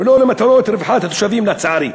ולא למטרות רווחת התושבים, לצערי.